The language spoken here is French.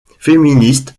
féministe